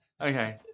Okay